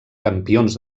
campions